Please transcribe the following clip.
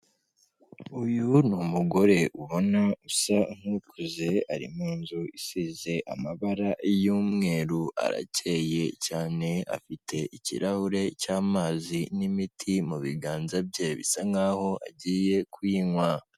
Uyu ni umugore ubona usa nk'ukuze, ari muzu isize amabara y'umweru arakeye cyane, afite ikirahure cy'amazi n'imiti mu biganza bye bisa nkaho agiye kuyinywa.